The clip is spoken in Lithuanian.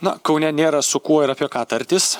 na kaune nėra su kuo ir apie ką tartis